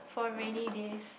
for rainy days